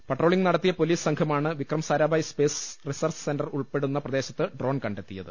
patrolling നടത്തിയ് police സംഘമാണ് Vikram Sarabhai space research centre ഉൾപ്പെടുന്ന പ്രദേശത്ത് ഡ്രോൺ കണ്ടെത്തിയത്